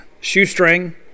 shoestring